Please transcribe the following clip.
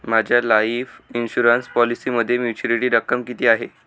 माझ्या life insurance पॉलिसीमध्ये maturity रक्कम किती आहे?